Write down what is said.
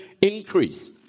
increase